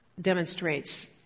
demonstrates